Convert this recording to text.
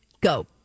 Go